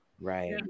Right